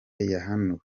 yahanuwe